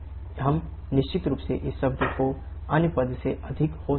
हम निश्चित रूप से इस शब्द को अन्य पद से अधिक हो सकते हैं